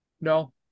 no